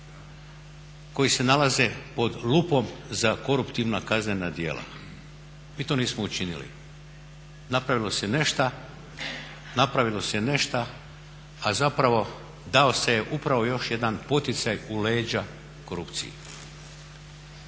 koji se nalaze pod lupom za koruptivna kaznena djela. Mi to nismo učinili. Naprvilo se nešto, a zapravo dao se upravo još jedan poticaj u leđa korupciji.